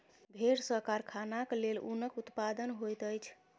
भेड़ सॅ कारखानाक लेल ऊनक उत्पादन होइत अछि